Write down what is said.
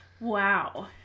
Wow